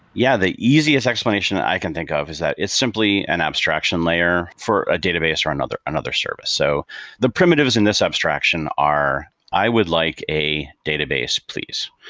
yeah. the easiest explanation that i can think of is that it's simply an abstraction layer for a database or another another service. so the primitives in this abstraction are i would like a database please.